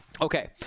Okay